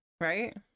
right